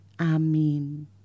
Amen